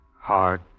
Hard